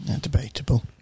Debatable